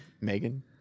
Megan